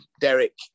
Derek